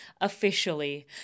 officially